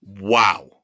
Wow